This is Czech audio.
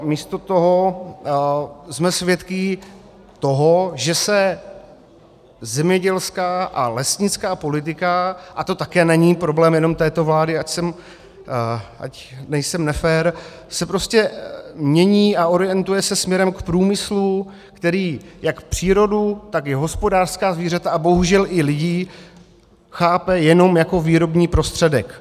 Místo toho jsme svědky toho, že se zemědělská a lesnická politika a to také není problém jenom této vlády, ať nejsem nefér prostě mění a orientuje se směrem k průmyslu, který jak přírodu, tak i hospodářská zvířata a bohužel i lidi chápe jenom jako výrobní prostředek.